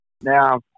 Now